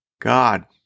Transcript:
God